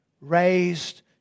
Raised